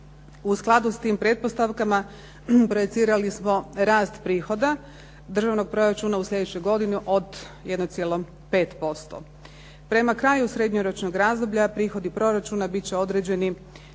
U skladu s tim pretpostavkama projicirali smo rast prihoda državnog proračuna u sljedećoj godini od 1,5%. Prema kraju srednjoročnog razdoblja prihodi proračuna bit će određeni,